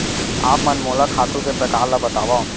आप मन मोला खातू के प्रकार ल बतावव?